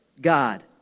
God